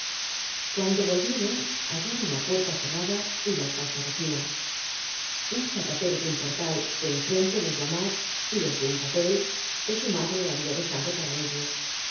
cuando volvieron hallaron la puerta cerrada y la casa vacía un zapatero de un portal de en frente los llamó y les dió un papel que su madre habia dejado para ellos